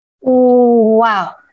Wow